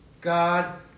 God